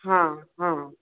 हां हां